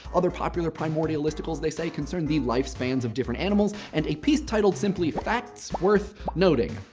other popular primordial listicles, they say, concerned the life spans of different animals. and a piece titled simply facts worth noting,